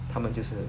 他们就是